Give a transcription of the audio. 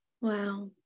wow